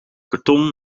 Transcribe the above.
karton